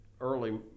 early